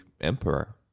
emperor